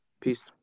Peace